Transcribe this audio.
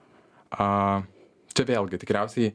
čia vėlgi tikriausiai